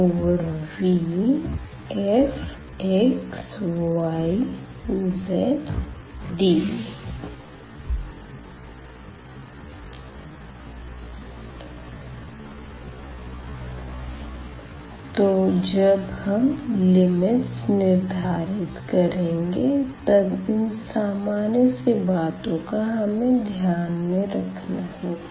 VfxyzdV तो जब हम लिमिट्स निर्धारित करेंगे तब इन सामान्य सी बातों का हमें ध्यान में रखना होगा